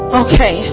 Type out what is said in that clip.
okay